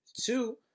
two